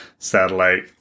satellite